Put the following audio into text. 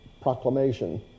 proclamation